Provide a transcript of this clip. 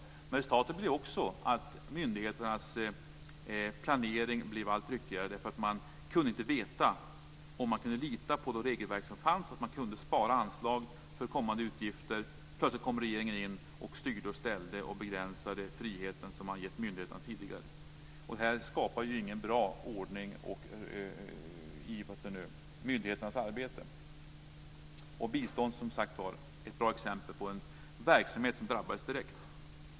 Men resultatet blev också att myndigheternas planering blev allt ryckigare därför att de inte kunde veta om de kunde lita på de regelverk som fanns, att de kunde spara anslag för kommande utgifter. Plötsligt kom regeringen in och styrde och ställde och begränsade den frihet som man hade gett myndigheterna tidigare. Det här skapar ju ingen bra ordning i myndigheternas arbete. Biståndsverksamheten är som sagt ett bra exempel på en verksamhet som drabbades direkt.